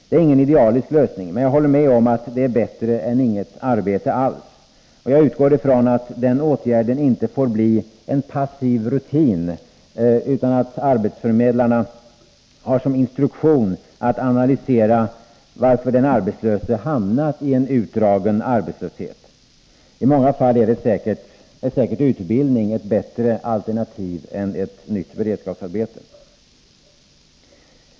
Det är ingen idealisk lösning, men jag håller med om att den är bättre än inget arbete alls. Jag utgår från att den åtgärden inte får bli en passiv rutin utan att arbetsförmedlingarna har som instruktion att analysera varför den arbetslöse hamnat i en utdragen arbetslöshet. I många fall är säkert utbildning ett bättre alternativ än ett nytt beredskapsarbete.